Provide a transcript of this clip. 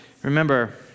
Remember